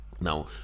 now